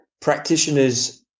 practitioners –